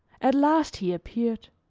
at last, he appeared.